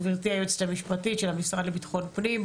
גברתי היועצת המשפטית של המשרד לביטחון פנים,